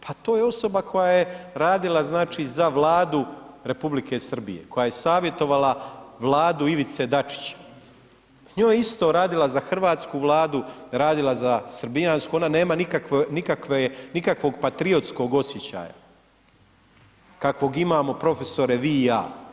Pa to je osoba koja je radila znači za Vladu Republike Srbije, koja je savjetovala Vladu Ivice Dačića, njoj je isto radila za Hrvatsku vladu, radila za srbijansku ona nema nikakvog patriotskog osjećaja, kakvog imamo profesore vi i ja.